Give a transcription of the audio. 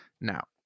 now